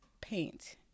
paint